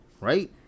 right